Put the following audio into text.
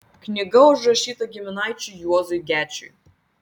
knyga užrašyta giminaičiui juozui gečiui